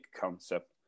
concept